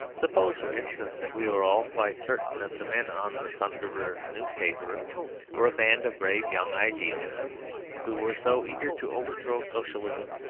suppose, for instance, that we were all quite certain that the men on the thunderer newspaper were a band of brave young idealists who were so eager to overthrow socialism,